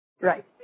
Right